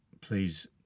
please